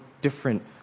different